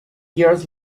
years